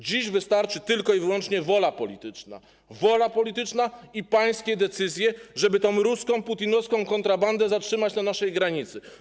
Dziś wystarczy wyłącznie wola polityczna, wola polityczna i pańskie decyzje, żeby tę ruską, putinowską kontrabandę zatrzymać na naszej granicy.